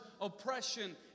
oppression